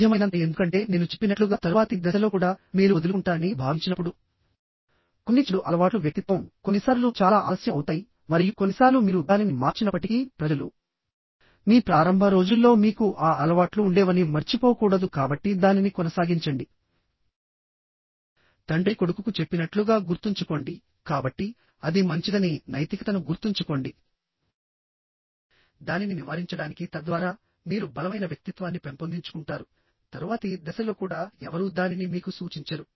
సాధ్యమైనంత ఎందుకంటే నేను చెప్పినట్లుగా తరువాతి దశలో కూడా మీరు వదులుకుంటారని భావించినప్పుడు కొన్ని చెడు అలవాట్లు వ్యక్తిత్వంకొన్నిసార్లు చాలా ఆలస్యం అవుతాయిమరియు కొన్నిసార్లు మీరు దానిని మార్చినప్పటికీ ప్రజలు మీ ప్రారంభ రోజుల్లో మీకు ఆ అలవాట్లు ఉండేవని మర్చిపోకూడదు కాబట్టి దానిని కొనసాగించండి తండ్రి కొడుకుకు చెప్పినట్లుగా గుర్తుంచుకోండికాబట్టి అది మంచిదని నైతికతను గుర్తుంచుకోండి దానిని నివారించడానికితద్వారా మీరు బలమైన వ్యక్తిత్వాన్ని పెంపొందించుకుంటారు తరువాతి దశలో కూడా ఎవరూ దానిని మీకు సూచించరు